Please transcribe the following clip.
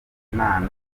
impano